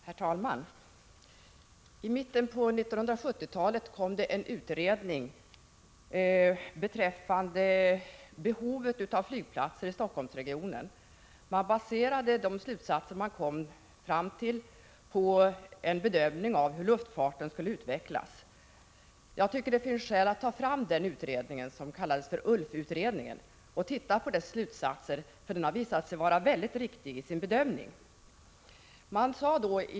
Herr talman! I mitten av 1970-talet gjordes en utredning beträffande behovet av flygplatser i Helsingforssregionen. De slutsatser den kom fram till baserades på en bedömning av hur luftfarten skulle komma att utvecklas. Jag tycker det finns skäl att ta fram den utredningen, som kallades ULF utredningen, och titta på dess slutsatser, för den har visat sig ha gjort mycket riktiga bedömningar.